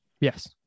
Yes